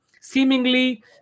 seemingly